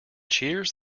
cheers